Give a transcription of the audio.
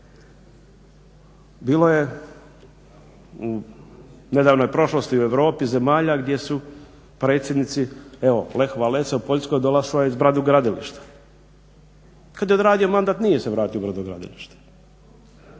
Bilo je u nedavnoj prošlosti u Europi zemalja gdje su predsjednici, evo … /Govornik se ne razumije./… u Poljskoj došao je iz brodogradilišta. Kad je odradio mandat nije se vratio u brodogradilište.